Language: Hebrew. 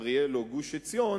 אריאל או גוש-עציון,